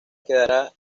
quedará